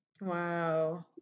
Wow